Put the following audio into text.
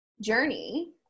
journey